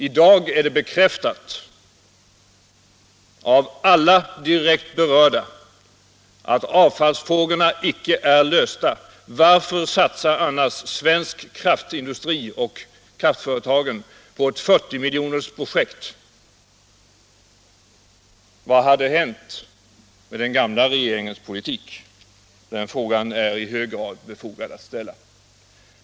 I dag är det bekräftat av alla direkt berörda att avfallsfrågorna icke är lösta. Varför satsar annars svensk kraftindustri och kraftföretagen på ett 40-miljonersprojekt? Vad hade hänt med den gamla regeringens politik? Den frågan är i hög grad befogad.